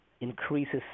increases